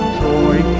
joy